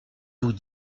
vous